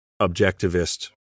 objectivist